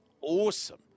awesome